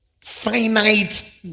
finite